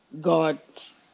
God's